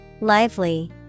Lively